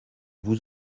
vous